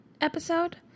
episode